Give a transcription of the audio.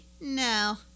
no